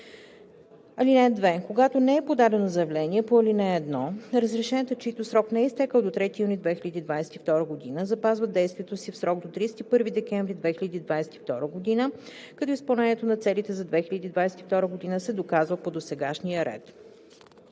III. (2) Когато не е подадено заявление по ал. 1, разрешенията, чийто срок не е изтекъл до 3 юни 2022 г., запазват действието си в срок до 31 декември 2022 г., като изпълнението на целите за 2022 г. се доказва по досегашния ред.“